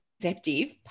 perceptive